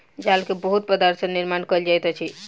जाल के बहुत पदार्थ सॅ निर्माण कयल जाइत अछि